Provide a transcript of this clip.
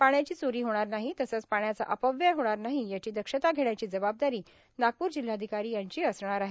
पाण्याची चोरी होणार नाही तसंच पाण्याचा अपव्यय होणार नाही याची दक्षता घेण्याची जबाबदारी नागपूर जिल्हाधिकारी यांची असणार आहे